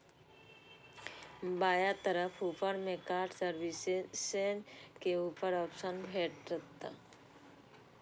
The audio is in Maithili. बायां तरफ ऊपर मे कार्ड सर्विसेज के ऑप्शन भेटत